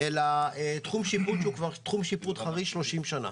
אלא תחום שהוא תחום שיפוט חריש כבר 30 שנה.